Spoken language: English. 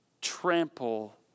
trample